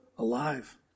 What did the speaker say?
Alive